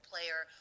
player